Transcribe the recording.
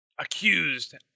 accused